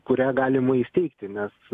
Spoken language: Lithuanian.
kurią galima įsteigti nes